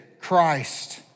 Christ